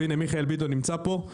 והנה מיכאל ביטון נמצא פה,